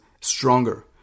stronger